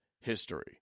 history